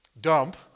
dump